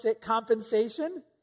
compensation